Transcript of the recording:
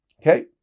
Okay